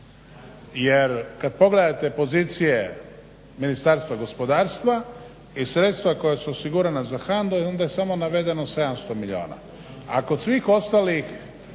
Jer kada pogledate pozicije Ministarstva gospodarstva i sredstva koja su osigurana za HANDA-u onda je samo 700 milijuna.